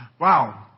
Wow